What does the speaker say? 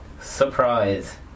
Surprise